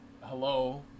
hello